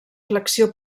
flexió